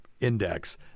index